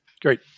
Great